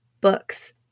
Books